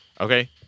okay